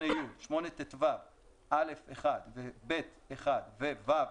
8ית 8טו(א)(1) ו-(ב)(1) ו-(ו),